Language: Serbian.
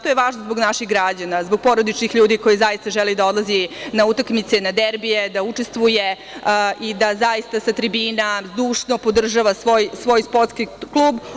To je važno zbog naših građan, zbog porodičnih ljudi koji zaista žele da odlaze na utakmice, na derbije, da učestvuju i da sa tribina zdušno podržavaju svoj sportski klub.